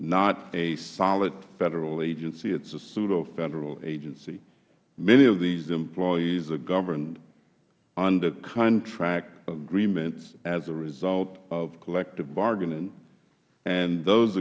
not a solid federal agency it is a pseudo federal agency many of these employees are governed under contract agreements as a result of collective bargaining those